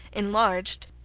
enlarged,